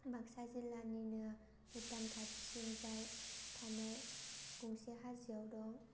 बाक्सा जिल्लानिनो भुटान खाथि थिंजाय थानाय गंसे हाजोआव दं